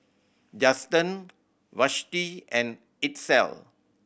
Juston Vashti and Itzel